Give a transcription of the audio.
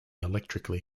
electrically